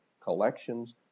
collections